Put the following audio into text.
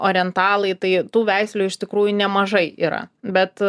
orientalaiį tai tų veislių iš tikrųjų nemažai yra bet